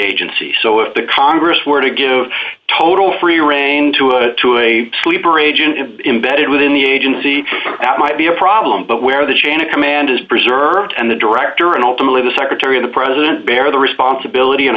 agency so if the congress were to give total free reign to a to a sleeper agent to be embedded within the agency that might be a problem but where the chain of command is preserved and the director and ultimately the secretary of the president bear the responsibility and